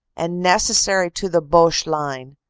and necessary to the boche line,